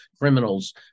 criminals